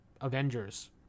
Avengers